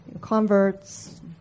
converts